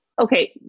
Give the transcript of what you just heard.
Okay